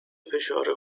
فشار